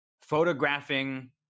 photographing